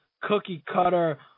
cookie-cutter